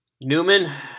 Newman